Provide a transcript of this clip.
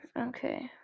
Okay